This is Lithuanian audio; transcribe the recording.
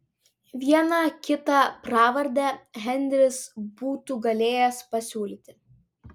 vieną kitą pravardę henris būtų galėjęs pasiūlyti